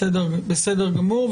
בסדר גמור.